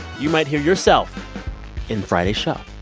you might hear yourself in friday's show.